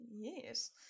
Yes